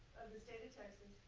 the state of texas.